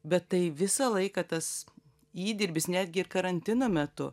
bet tai visą laiką tas įdirbis netgi karantino metu